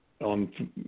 on